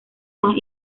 más